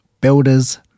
builders